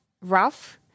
rough